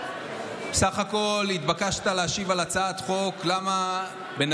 בסך הכול התבקשת להשיב על הצעת חוק למה בן